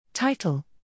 Title